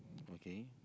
okay